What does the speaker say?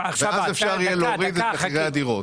ואז אפשר יהיה להוריד את מחירי הדירות.